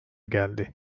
geldi